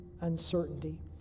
Uncertainty